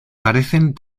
parecen